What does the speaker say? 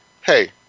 hey